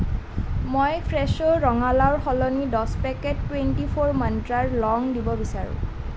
মই ফ্ৰেছো ৰঙালাউৰ সলনি দহ পেকেট টুৱেণ্টি ফ'ৰ মন্ত্ৰাৰ লং দিব বিচাৰোঁ